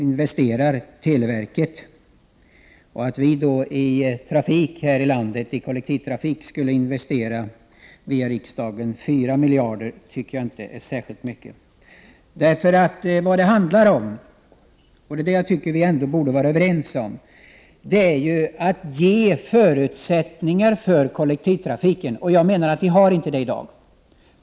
Jag tycker därför inte att de 4 miljarder som vi här i landet genom riksdagen skulle kunna investera i kollektiv trafik är särskilt mycket. Vad det handlar om, vilket jag tycker att vi borde vara överens om, är att ge förutsättningar för kollektivtrafiken. Det finns inte sådana förutsättningar i dag.